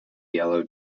yellow